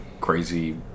Crazy